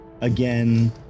again